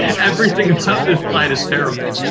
everything about this slide is terrible.